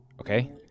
Okay